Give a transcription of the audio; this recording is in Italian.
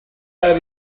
aree